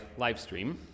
livestream